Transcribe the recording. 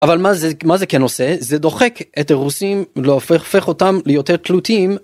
אבל מה זה, מה זה כנושא? זה דוחק את הרוסים והופך אותם ליותר תלותים.